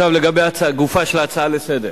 לגופה של ההצעה לסדר-היום,